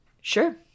Sure